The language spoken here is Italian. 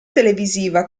televisiva